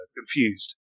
confused